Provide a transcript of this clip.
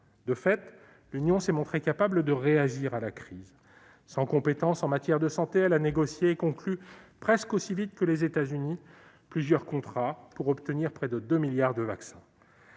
De fait, l'Union s'est montrée capable de réagir à la crise : sans compétences en matière de santé, elle a négocié et conclu, presque aussi vite que les États-Unis, plusieurs contrats pour obtenir près de 2 milliards de vaccins.